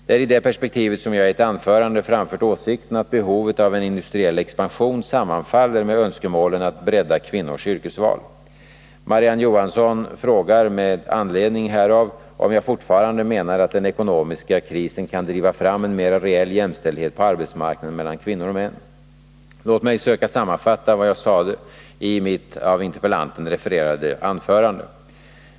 Det är i det perspektivet som jag i ett anförande framfört åsikten att behovet av en industriell expansion sammanfaller med önskemålen att bredda kvinnornas yrkesval. Marie-Ann Johansson frågar med anledning härav om jag fortfarande menar att den ekonomiska krisen kan driva fram en mera reell jämställdhet på arbetsmarknaden mellan kvinnor och män. Låt mig söka sammanfatta vad jag sade i mitt av interpellanten refererade anförande.